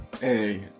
Hey